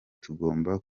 tugomba